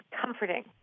comforting